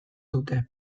dute